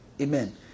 Amen